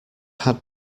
had